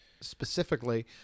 specifically